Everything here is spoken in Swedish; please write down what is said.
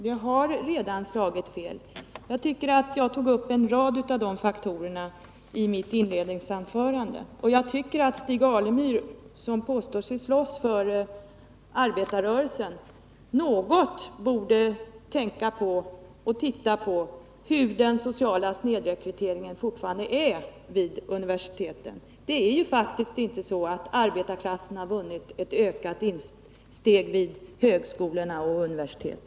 Herr talman! Det har redan slagit fel, och jag tog upp en rad av de faktorerna i mitt inledningsanförande. Jag tycker att Stig Alemyr, som påstår sig slåss för arbetarrörelsen, något borde tänka på och titta på hur den sociala snedrekryteringen fortfarande är vid universiteten. Det är faktiskt inte så att arbetarklassen har vunnit ökat insteg vid högskolorna och universiteten.